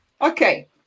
Okay